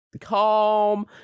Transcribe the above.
calm